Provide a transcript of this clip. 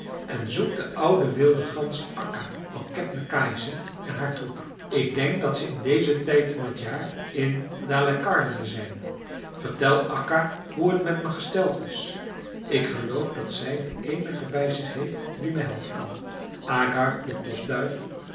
en zoek de oude wilde gans akka van kebnekaise en haar troep ik denk dat ze in dezen tijd van t jaar in dalecarlië zijn vertel akka hoe t met me gesteld is ik geloof dat zij de eenige bij zich heeft die me helpen kan agar de postduif